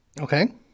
Okay